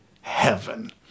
heaven